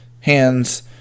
hands